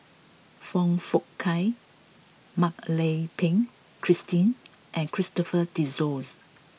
Foong Fook Kay Mak Lai Peng Christine and Christopher De Souza